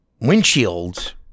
windshields